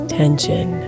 tension